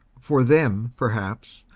for them, per haps,